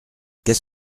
qu’est